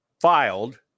filed